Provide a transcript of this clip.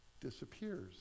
disappears